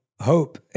hope